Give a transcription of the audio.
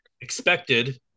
expected